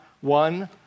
one